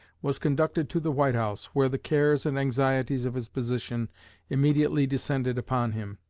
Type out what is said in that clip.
was conducted to the white house, where the cares and anxieties of his position immediately descended upon him.